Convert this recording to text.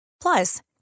Plus